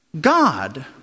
God